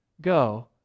go